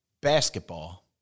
basketball